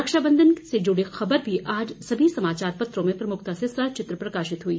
रक्षा बंधन से जुड़ी ख़बर भी आज सभी समाचार पत्रों में प्रमुखता से सचित्र प्रकाशित हुई